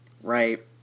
Right